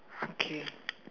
okay